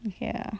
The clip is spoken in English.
ya